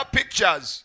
pictures